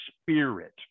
Spirit